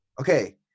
Okay